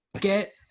Get